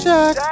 Jack